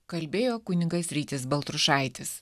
kalbėjo kunigas rytis baltrušaitis